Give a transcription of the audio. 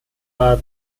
war